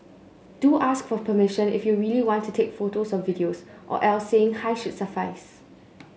do ask for permission if you really want to take photos or videos or else saying hi should suffice